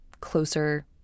closer